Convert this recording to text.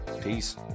Peace